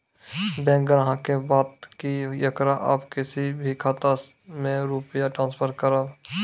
Bank ग्राहक के बात की येकरा आप किसी भी खाता मे रुपिया ट्रांसफर करबऽ?